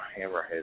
hammerhead